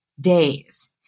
days